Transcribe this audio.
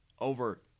over